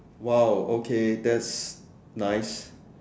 !wow! okay that's nice